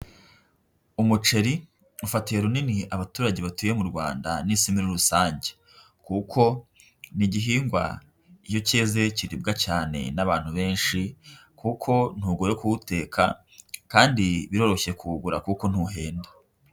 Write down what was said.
Umuceri ufatiye runini abaturage batuye mu Rwanda n'isi muri rusange kuko ni igihingwa iyo cyeze kiribwa cyane n'abantu benshi kuko ntugoye kuwuteka kandi biroroshye kuwugura kuko ntuhenda.